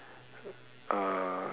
uh